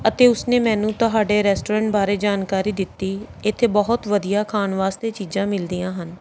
ਅਤੇ ਉਸਨੇ ਮੈਨੂੰ ਤੁਹਾਡੇ ਰੈਸਟੋਰੈਂਟ ਬਾਰੇ ਜਾਣਕਾਰੀ ਦਿੱਤੀ ਇੱਥੇ ਬਹੁਤ ਵਧੀਆ ਖਾਣ ਵਾਸਤੇ ਚੀਜ਼ਾਂ ਮਿਲਦੀਆਂ ਹਨ